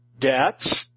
debts